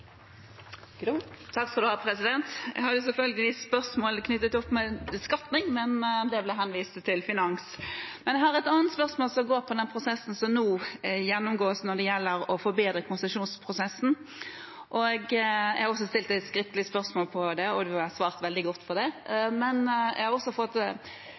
Jeg har selvfølgelig spørsmål knyttet til beskatning, men de ble henvist til finans. Jeg har et annet spørsmål om den prosessen som nå gjennomgås når det gjelder å forbedre konsesjonsprosessen. Jeg har stilt et skriftlig spørsmål om det, som det ble svart veldig godt på, men jeg er også blitt kontaktet av organisasjonene, som lurer på i hvilken grad de vil kunne bli involvert framover. De har ennå ikke fått